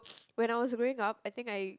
when I was growing up I think I